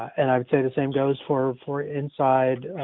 and i would say the same goes for for inside,